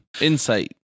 Insight